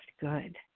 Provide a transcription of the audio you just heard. good